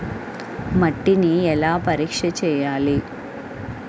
మట్టిని ఎలా పరీక్ష చేయాలి?